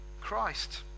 Christ